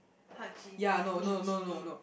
hug Ji min meet Ji min